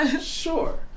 Sure